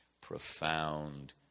profound